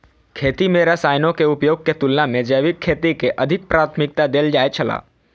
खेती में रसायनों के उपयोग के तुलना में जैविक खेती के अधिक प्राथमिकता देल जाय छला